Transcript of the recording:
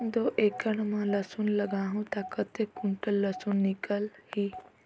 दो एकड़ मां लसुन लगाहूं ता कतेक कुंटल लसुन निकल ही?